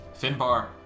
Finbar